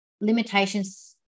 limitations